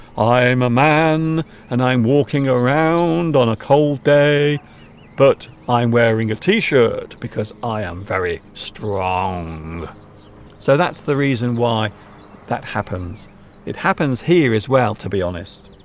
i am a man and i'm walking around on a cold day but i'm wearing a t-shirt because i am very strong so that's the reason why that happens it happens here is well to be honest